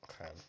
Okay